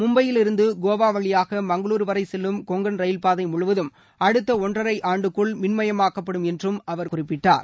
மும்பையிலிருந்த கோவா வழியாக மங்களூரு வரை செல்லும் கொங்கன் ரயில்பாதை முழுவதும் அடுத்த ஒன்றரை ஆண்டுக்குள் மின்மயமாக்கப்படும் என்றும் அவர் குறிப்பிட்டார்